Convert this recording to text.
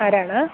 ആരാണ്